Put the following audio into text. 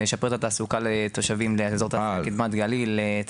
זה ישפר את התעסוקה לתושבים לאזור תעשייה קדמת הגליל,